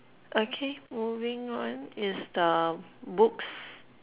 okay moving on is the books